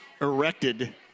erected